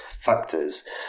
factors